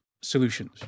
solutions